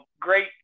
great